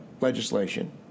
legislation